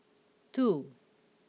two